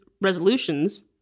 resolutions